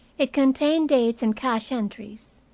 it contained dates and cash entries.